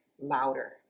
louder